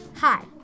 Hi